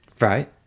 Right